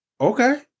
Okay